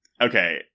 Okay